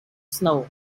snow